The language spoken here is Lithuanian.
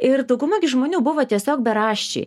ir dauguma gi žmonių buvo tiesiog beraščiai